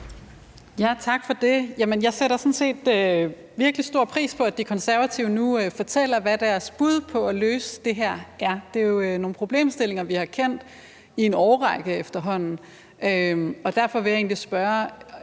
Tak for det. Jeg sætter sådan set virkelig stor pris på, at De Konservative nu fortæller, hvad deres bud på at løse det her er. Det er jo nogle problemstillinger, vi har kendt i en årrække efterhånden, og derfor vil jeg egentlig spørge: